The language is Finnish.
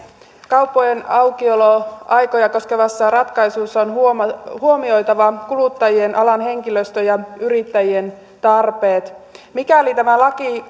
kauppojen aukioloaikoja koskevissa ratkaisuissa on huomioitava kuluttajien alan henkilöstön ja yrittäjien tarpeet mikäli tämä laki